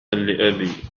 لأبي